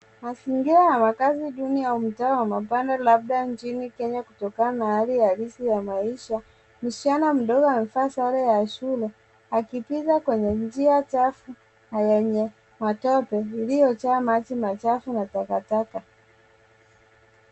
Mazingira ya makazi duni ya mtaa wa mabanda labda nchini Kenya kutokana na hali ngumu ya maisha. Msichana mdogo amevaa sare ya shule akipita kwenye njia chafu na yenye matope, iliyojaa maji na takataka.